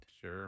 Sure